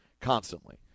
constantly